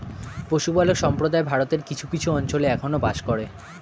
পশুপালক সম্প্রদায় ভারতের কিছু কিছু অঞ্চলে এখনো বাস করে